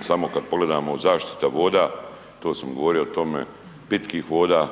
samo kad pogledamo zaštita voda to sam govorio o tome, pitkih voda,